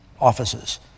offices